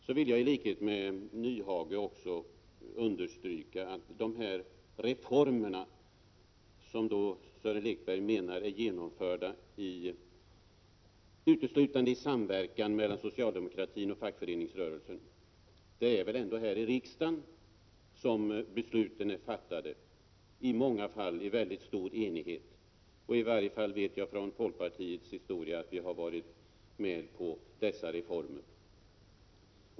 Så vill jag i likhet med Hans Nyhage understryka när det gäller de reformer som Sören Lekberg menar är genomförda uteslutande i samverkan mellan socialdemokratin och fackföreningsrörelsen, att det väl ändå är här i riksdagen som besluten är fattade, i många fall i stor enighet. I varje fall vet jag från folkpartiets historia att vårt parti har varit med på dessa reformer.